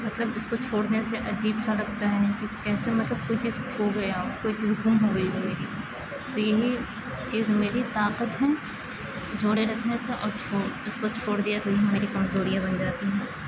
مطلب اس کو چھوڑنے سے عجیب سا لگتا ہے کہ کیسے مطلب کوئی چیز کھو گیا ہو کوئی چیز گم ہو گئی ہو میری تو یہی چیز میری طاقت ہے جوڑے رکھنے سے اور اس کو چھوڑ دیا تو یہی میری کمزوریاں بن جاتی ہیں